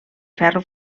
ferro